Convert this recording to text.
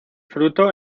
fruto